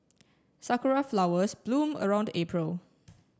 sakura flowers bloom around April